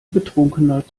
betrunkener